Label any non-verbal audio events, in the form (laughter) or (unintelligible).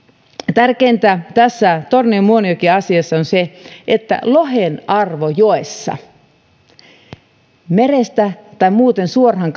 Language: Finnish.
tärkeintä tässä tornion muonionjoki asiassa on se että kun lohen arvo joesta tai merestä pyydettynä tai muuten suoraan (unintelligible)